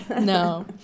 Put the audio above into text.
no